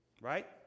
right